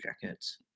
Jackets